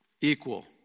equal